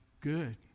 good